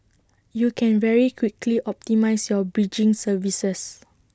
you can very quickly optimise your bridging services